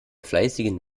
fleißigen